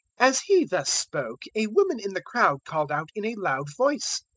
as he thus spoke a woman in the crowd called out in a loud voice,